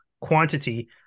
quantity